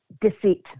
Deceit